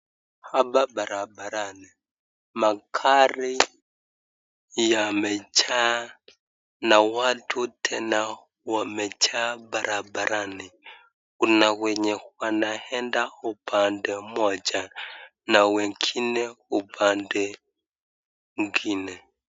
Hapa barabarani magari yamejaa na watu tena wamejaa barabarani kuna wenye wanaenda upande moja na wengine upande ngine.